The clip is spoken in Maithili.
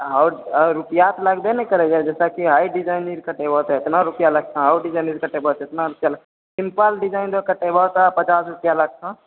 आओर रुपआ तऽ लगबे ने करै छै जैसेकी हाइ डिजाइन कटेबऽ तऽ एतना रुपआ लगतऽ आओर डिजाइन कटेबऽ तऽ एतना रूपआ लगतऽ सिम्पल डिजाइन कटेबऽ तऽ पचास रूपआ लगतऽ